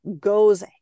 goes